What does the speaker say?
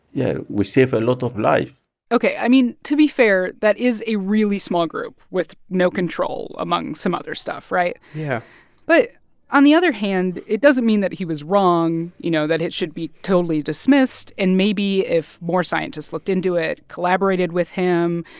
yeah we save a lot of life ok. i mean, be fair, that is a really small group with no control, among some other stuff, right? yeah but on the other hand, it doesn't mean that he was wrong, you know, that it should be totally dismissed. and maybe if more scientists looked into it, collaborated with him,